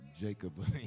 Jacob